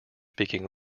speaking